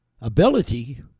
ability